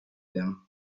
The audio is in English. them